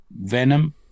Venom